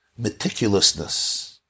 meticulousness